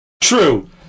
True